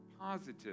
positive